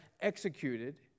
executed